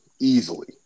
easily